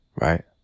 right